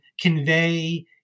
convey